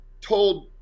told